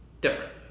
Different